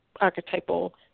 archetypal